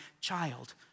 child